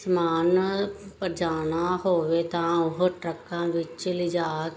ਸਮਾਨ ਪਹੁੰਚਾਉਣਾ ਹੋਵੇ ਤਾਂ ਉਹ ਟਰੱਕਾਂ ਵਿੱਚ ਲਿਜਾ ਕੇ